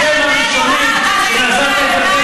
והיית שותפה לזה.